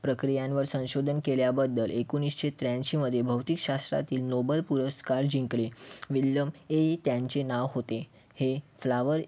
प्रक्रियांवर संशोधन केल्याबद्दल एकोणीसशे त्र्याऐंशीमध्ये भौतिक शास्त्रातील नोबल पुरस्कार जिंकले विल्यम हे त्यांचे नाव होते हे फ्लावर